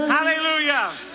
Hallelujah